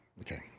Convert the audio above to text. Okay